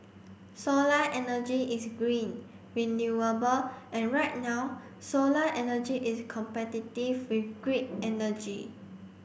solar energy is green renewable and right now solar energy is competitive with grid energy